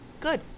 good